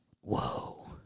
Whoa